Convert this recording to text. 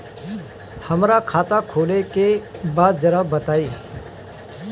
हमरा खाता खोले के बा जरा बताई